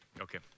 Okay